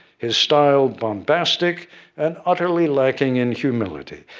his style, bombastic and utterly lacking in humility.